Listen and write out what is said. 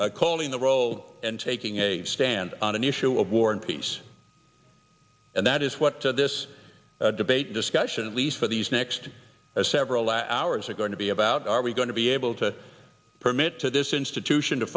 avoid calling the robe and taking a stand on an issue of war and peace and that is what to this debate discussion at least for these next several hours ago to be about are we going to be able to permit to this institution to